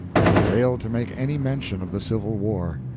she failed to make any mention of the civil war!